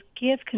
give